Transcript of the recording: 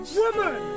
woman